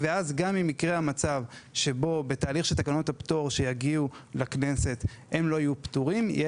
ואז גם אם יקרה המצב שבו הם לא יהיו פטורים בתהליך של תקנות הפטור